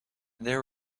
there